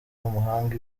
umuhanga